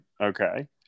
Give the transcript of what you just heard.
Okay